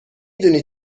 دونی